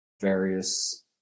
various